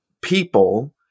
people